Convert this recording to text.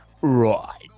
Right